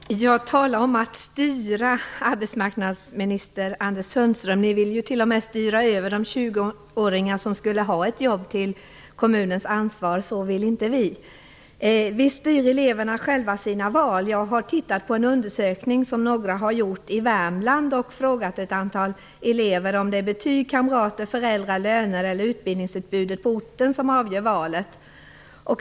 Herr talman! Tala om att styra, arbetsmarknadsminister Anders Sundström! Ni vill t.o.m. styra över de 20-åringar som skulle ha ett jobb till kommunens ansvarsområde. Det vill inte vi. Visst styr eleverna själva sina val. Jag har tittat på en undersökning gjord i Värmland. Ett antal elever har fått frågan om det är betyg, kamrater, föräldrar, löner eller ortens utbildningsutbud som avgör valet.